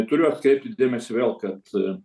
turiu atkreipti dėmesį vėl kad